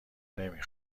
نمی